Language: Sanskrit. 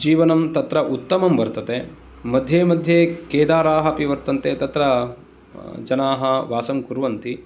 जीवनं तत्र उत्तमं वर्तते मध्ये मध्ये केदाराः अपि वर्तन्ते तत्र जनाः वासं कुर्वन्ति